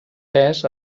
pes